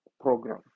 program